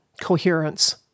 coherence